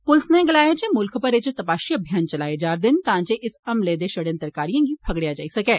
पुलस नै गलाया ऐ जे मुल्ख भरै च तपाशी अभियान चलाए जा रदे न तां जे इस हमले दे षडयंत्रकारियें गी फगड़ेया जाई सकै